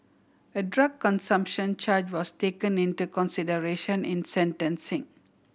a drug consumption charge was taken into consideration in sentencing